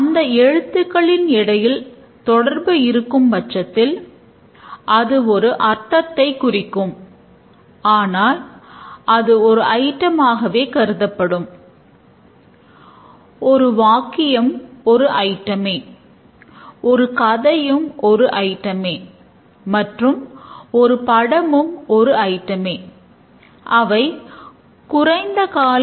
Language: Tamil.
அதில் நாம் துல்லியமாக வரையறுக்கப்பட்ட செயல்பாடுகளை மாடியூல் கட்டமைப்பு என அழைக்கப்படுகிறது